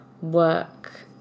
work